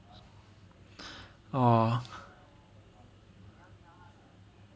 orh